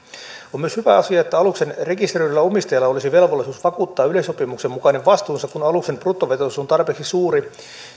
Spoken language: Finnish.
on myös hyvä asia että aluksen rekisteröidyllä omistajalla olisi velvollisuus vakuuttaa yleissopimuksen mukainen vastuunsa kun aluksen bruttovetoisuus on tarpeeksi suuri